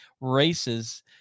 races